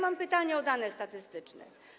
Ja mam pytanie o dane statystyczne.